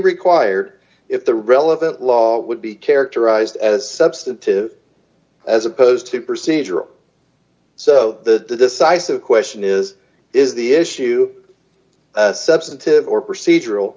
required if the relevant law would be characterized as substantive as opposed to percentage or so the d decisive question is is the issue substantive or procedural